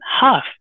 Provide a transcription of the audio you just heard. half